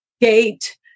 gate